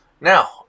Now